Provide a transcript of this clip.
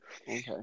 okay